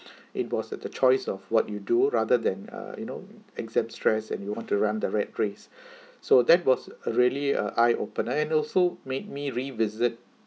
it was at the choice of what you do rather than uh you know exam stress and you want to ramp the rat race so that was really a eye opener and also made me revisit